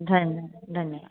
धन धन्यः